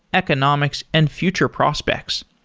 economics and future prospects.